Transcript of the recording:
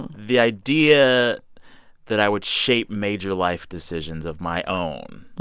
and the idea that i would shape major life decisions of my own